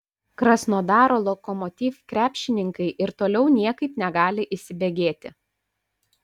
krasnodaro lokomotiv krepšininkai ir toliau niekaip negali įsibėgėti